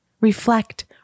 Reflect